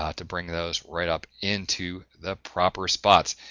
ah to bring those right up into the proper spots.